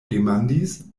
demandis